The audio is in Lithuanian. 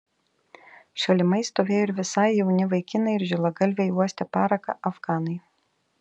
šalimais stovėjo ir visai jauni vaikinai ir žilagalviai uostę paraką afganai